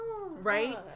right